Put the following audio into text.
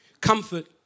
comfort